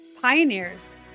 pioneers